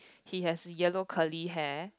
he has yellow curly hair